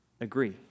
agree